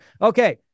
okay